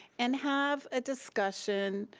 and have a discussion.